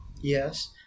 yes